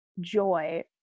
joy